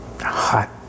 hot